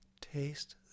Taste